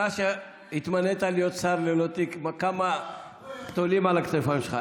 מאז שהתמנית לשר ללא תיק כמה תולים על הכתפיים שלך.